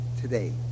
today